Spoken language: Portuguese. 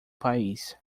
país